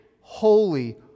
holy